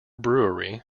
brewery